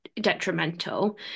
detrimental